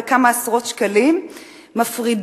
כמה עשרות שקלים מפרידים,